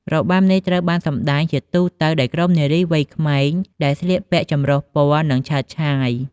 របាំនេះត្រូវបានសម្តែងជាទូទៅដោយក្រុមនារីវ័យក្មេង ដែលស្លៀកពាក់ចម្រុះពណ៌ និងឆើតឆាយ។